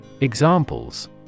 Examples